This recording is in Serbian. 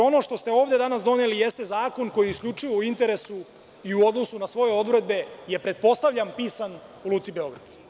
Ono što ste ovde danas doneli jeste zakon koji je isključivo u interesu i u odnosu na svoje odredbe je pretpostavljam, pisan u Luci Beograd.